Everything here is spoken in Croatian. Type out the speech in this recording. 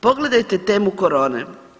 Pogledajte temu corone.